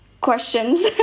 questions